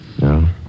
No